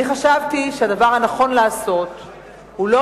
אני חשבתי שהדבר הנכון לעשות הוא לא